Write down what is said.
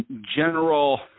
general